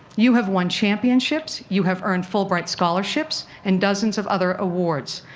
you have won championships. you have earned fulbright scholarships and dozens of other awards.